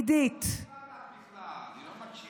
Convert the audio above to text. עידית, היא לא תענה לך בכלל, היא לא מקשיבה,